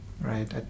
Right